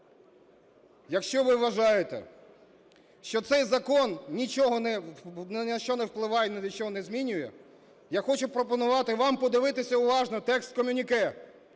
Якщо ви вважаєте, що цей закон нічого не... ні на що не впливає і нічого не змінює, я хочу пропонувати вам подивитися уважно текст комюніке,